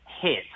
hit